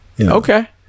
Okay